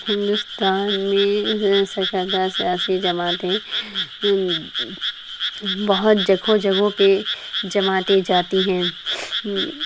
ہندوستان میں سرکردہ سیاسی جماعتیں بہت جگہوں جگہوں پہ جماعتیں جاتی ہیں